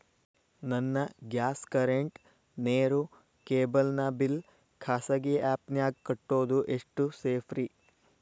ನನ್ನ gas current, ನೇರು, cable ನ ಬಿಲ್ ಖಾಸಗಿ ಆ್ಯಪ್ ನ್ಯಾಗ್ ಕಟ್ಟೋದು ಎಷ್ಟು ಸೇಫ್ರಿ?